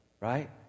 right